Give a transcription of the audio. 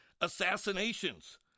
Assassinations